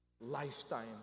lifetime